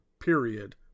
period